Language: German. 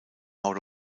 out